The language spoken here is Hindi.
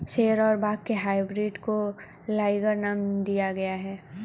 शेर और बाघ के हाइब्रिड को लाइगर नाम दिया गया है